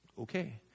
okay